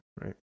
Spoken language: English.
right